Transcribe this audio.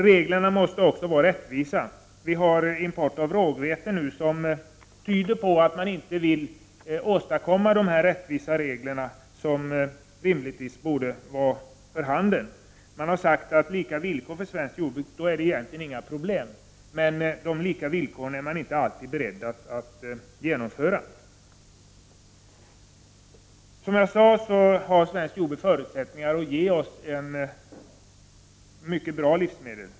Reglerna måste vara rättvisa. Vi har import av rågvete som tyder på att man inte vill åstadkomma de rättvisa regler som rimligtvis borde gälla för handeln. Man har sagt att det svenska jordbruket har lika villkor och att det därför egentligen inte är något problem. Man är dock inte alltid beredd att genomföra lika villkor. Som jag sade har svenskt jordbruk förutsättningar att ge oss livsmedel av god kvalitet.